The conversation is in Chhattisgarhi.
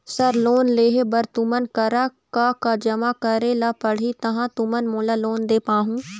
सर लोन लेहे बर तुमन करा का का जमा करें ला पड़ही तहाँ तुमन मोला लोन दे पाहुं?